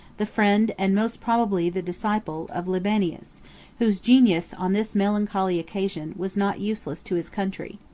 the friend, and most probably the disciple, of libanius whose genius, on this melancholy occasion, was not useless to his country.